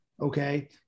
Okay